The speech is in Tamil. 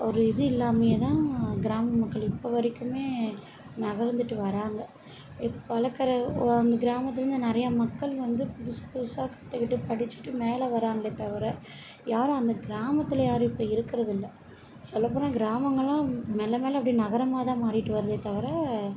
ஒரு இது இல்லாமையே தான் கிராம மக்கள் இப்போ வரைக்குமே நகரந்துகிட்டு வராங்க இப்போ வளர்க்குற ஒ அந்த கிராமத்திலேருந்து நிறையா மக்கள் வந்து புதுசு புதுசாக கற்றுக்கிட்டு படிச்சுட்டு மேலே வராங்களே தவிர யாரும் அந்த கிராமத்தில் யாரும் இப்போ இருக்கிறது இல்லை சொல்லப்போனால் கிராமங்களெல்லாம் மெல்ல மெல்ல அப்படியே நகரமாக தான் மாறிகிட்டு வருதே தவிர